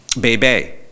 bebe